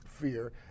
fear